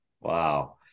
wow